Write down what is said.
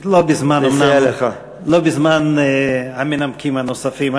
לא בזמן המנמקים הנוספים.